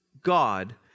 God